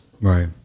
right